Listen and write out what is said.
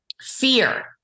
fear